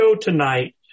tonight